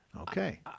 Okay